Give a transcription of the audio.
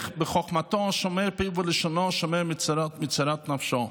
בחוכמתו: "שֹׁמר פיו ולשונו שֹׁמר מצרות נפשו".